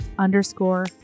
Underscore